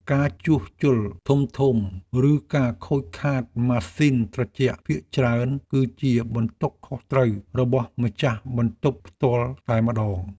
ការជួសជុលធំៗឬការខូចខាតម៉ាស៊ីនត្រជាក់ភាគច្រើនគឺជាបន្ទុកខុសត្រូវរបស់ម្ចាស់បន្ទប់ផ្ទាល់តែម្តង។